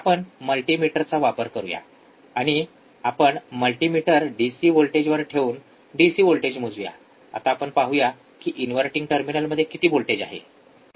आपण मल्टीमीटरचा वापर करूया आणि आपण मल्टीमीटर डिसी व्होल्टेजवर ठेवून डिसी व्होल्टेज मोजुया आता आपण पाहू या की इनव्हर्टिंग टर्मिनलमध्ये किती व्होल्टेज आहे